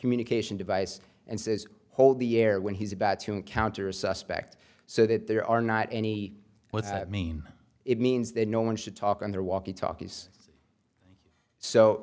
communication device and says hold the air when he's about to encounter a suspect so that there are not any what i mean it means that no one should talk on their walkie talkies so